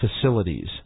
facilities